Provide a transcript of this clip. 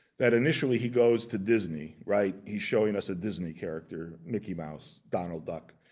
that initially he goes to disney, right? he's showing us a disney character, mickey mouse, donald duck.